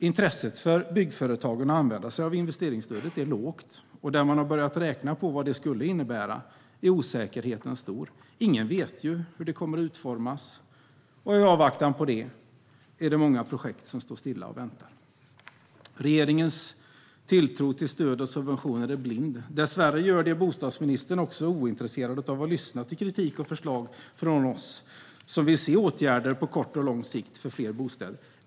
Intresset från byggföretagen att använda sig av investeringsstödet är lågt, och där man har börjat räkna på vad det skulle innebära är osäkerheten stor. Ingen vet ju hur det kommer att utformas, och i avvaktan på det står många projekt stilla och väntar. Regeringens tilltro till stöd och subventioner är blind. Dessvärre gör det även bostadsministern ointresserad av att lyssna till kritik och förslag från oss som vill se åtgärder på kort och lång sikt för fler bostäder.